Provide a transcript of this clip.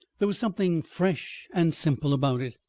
there was something fresh and simple about it,